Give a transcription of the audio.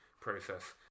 process